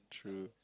true